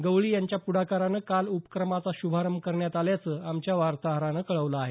गवळी यांच्या पुढाकारानं काल या उपक्रमाचा शुभारंभ करण्यात आल्याचं आमच्या वार्ताहरानं कळवलं आहे